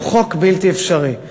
הוא חוק בלתי אפשרי.